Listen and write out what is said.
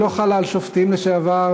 היא לא חלה על שופטים לשעבר,